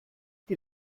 die